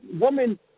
woman